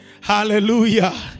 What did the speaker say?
Hallelujah